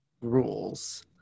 rules